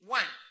one